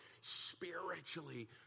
spiritually